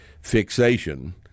fixation